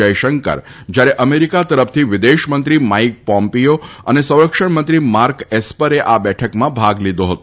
જયશંકર જ્યારે અમેરિકા તરફથી વિદેશમંત્રી માઈક પોમ્પીયો અને સંરક્ષણ મંત્રી માર્ક એસ્પરે આ બેઠકમાં ભાગ લીધો હતો